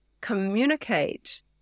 communicate